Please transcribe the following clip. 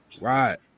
Right